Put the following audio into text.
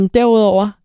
Derudover